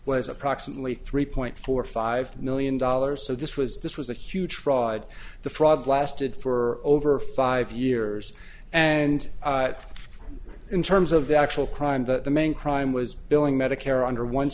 was approximately three point four five million dollars so this was this was a huge fraud the fraud lasted for over five years and in terms of the actual crime that the main crime was billing medicare under one